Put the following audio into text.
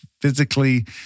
physically